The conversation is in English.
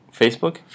Facebook